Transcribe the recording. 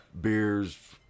Beers